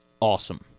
awesome